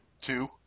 Two